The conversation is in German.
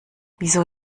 wieso